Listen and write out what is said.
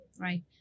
Right